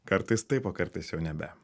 kartais taip o kartais jau nebe